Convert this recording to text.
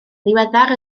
ddiweddar